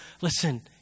listen